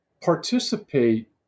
participate